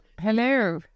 hello